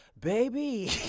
Baby